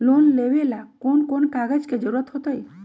Loan लेवेला कौन कौन कागज के जरूरत होतई?